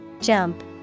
Jump